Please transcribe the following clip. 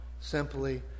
simply